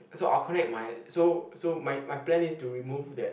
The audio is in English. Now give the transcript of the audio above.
so I'll connect my so so my my plan is to remove that